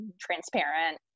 transparent